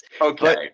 Okay